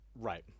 Right